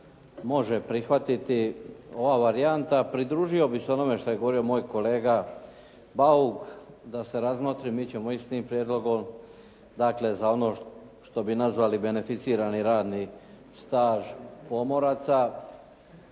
može prihvatiti ova varijanta. Pridružio bih se onome što je govorio moj kolega Bauk da se razmotri. Mi ćemo ići s tim prijedlogom dakle za ono što bi nazvali beneficirani radni staž pomoraca.